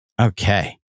okay